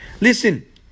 listen